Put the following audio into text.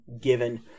given